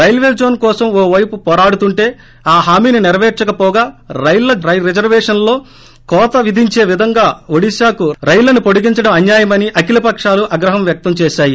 రైల్వేబోన్ కోసం ఓ వైపు పోరాడుతోంటే ఆ హామీని సెరపేర్చకపోగా రైళ్ల రిజర్వేషన్ లో కోత విధచే విధంగా ఒడిశాకు రైళ్లను పొడిగించడం అన్యాయమని అఖిల పక్షాలు ఆగ్రహం వ్యక్తం చేశాయి